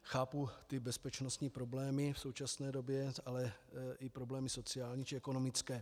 Chápu bezpečnostní problémy v současné době, ale i problémy sociální a ekonomické.